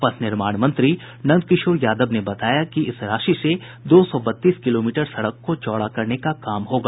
पथ निर्माण मंत्री नंदकिशोर यादव ने बताया कि इस राशि से दो सौ बत्तीस किलोमीटर सड़क को चौड़ा करने का काम होगा